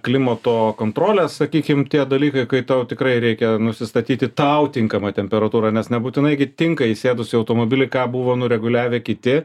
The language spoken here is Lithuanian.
klimato kontrolės sakykim tie dalykai kai tau tikrai reikia nusistatyti tau tinkamą temperatūrą nes nebūtinai gi tinka įsėdus į automobilį ką buvo nureguliavę kiti